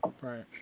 Right